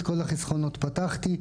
את כל החסכונות פתחתי.